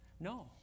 No